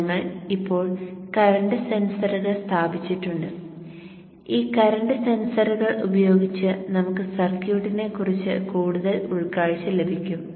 ഞങ്ങൾ ഇപ്പോൾ കറന്റ് സെൻസറുകൾ സ്ഥാപിച്ചിട്ടുണ്ട് ഈ കറന്റ് സെൻസറുകൾ ഉപയോഗിച്ച് നമുക്ക് സർക്യൂട്ടിനെക്കുറിച്ച് കൂടുതൽ ഉൾക്കാഴ്ച ലഭിക്കും